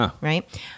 right